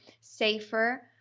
safer